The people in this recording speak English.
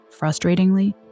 Frustratingly